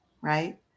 right